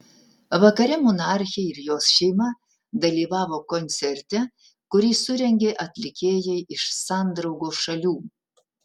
vakare monarchė ir jos šeima dalyvavo koncerte kurį surengė atlikėjai iš sandraugos šalių